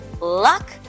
luck